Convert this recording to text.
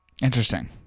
interesting